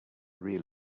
real